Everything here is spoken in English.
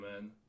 man